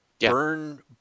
Burn